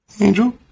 Angel